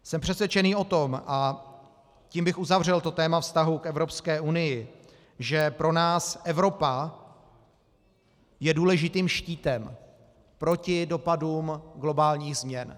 Jsem přesvědčen o tom, a tím bych uzavřel téma vztahů k Evropské unii, že pro nás Evropa je důležitým štítem proti dopadům globálních změn.